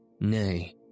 Nay